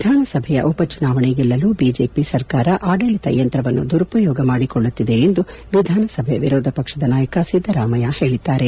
ವಿಧಾನಸಭೆಯ ಉಪಚುನಾವಣೆ ಗೆಲ್ಲಲು ಬಿಜೆಪಿ ಸರ್ಕಾರ ಆಡಳಿತ ಯಂತ್ರವನ್ನು ದುರುಪಯೋಗ ಮಾಡಿಕೊಳ್ಳುತ್ತಿದೆ ಎಂದು ವಿಧಾನಸಭೆಯ ವಿರೋಧ ಪಕ್ಷದ ನಾಯಕ ಸಿದ್ದರಾಮಯ್ಯ ಹೇಳಿದ್ದಾರೆ